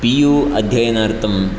PU अध्यययनार्थं